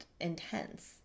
intense